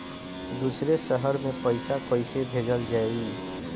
दूसरे शहर में पइसा कईसे भेजल जयी?